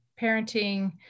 parenting